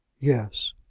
yes.